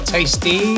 Tasty